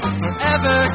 forever